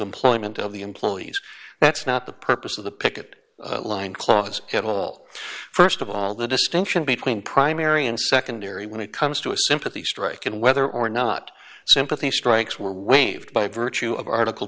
employment of the employees that's not the purpose of the picket line clause it will st of all the distinction between primary and secondary when it comes to a sympathy strike and whether or not sympathy strikes were waived by virtue of article